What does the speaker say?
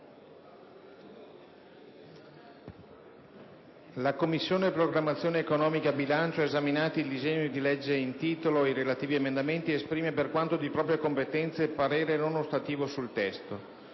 «La Commissione programmazione economica, bilancio, esaminato il disegno di legge in titolo ed i relativi emendamenti, esprime, per quanto di propria competenza, parere non ostativo sul testo.